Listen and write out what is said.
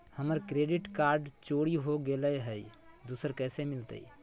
हमर credit card चोरी हो गेलय हई, दुसर कैसे मिलतई?